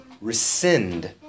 rescind